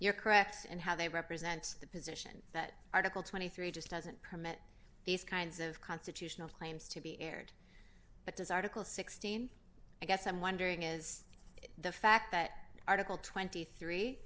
cracks and how they represent the position that article twenty three just doesn't permit these kinds of constitutional claims to be aired but does article sixteen i guess i'm wondering is it the fact that article twenty three